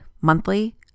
monthly